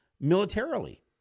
militarily